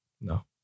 No